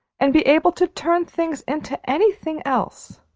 and be able to turn things into anything else!